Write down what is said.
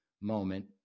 moment